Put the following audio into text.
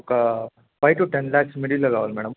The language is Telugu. ఒక ఫైవ్ టూ టెన్ ల్యాక్స్ మిడిల్లో కావాలి మేడం